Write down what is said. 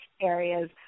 areas